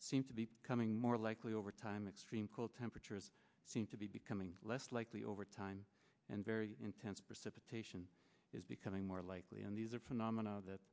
seem to be coming more likely over time extreme cold temperatures seem to be becoming less likely over time and very intense precipitation is becoming more likely and these are phenomena that